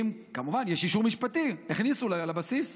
כמובן, יש אישור משפטי, הכניסו לבסיס.